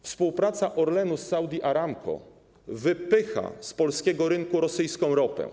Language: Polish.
Współpraca Orlenu z Saudi Aramco wypycha z polskiego rynku rosyjską ropę.